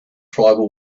tribal